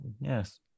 Yes